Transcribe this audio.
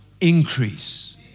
increase